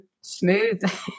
smooth